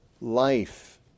life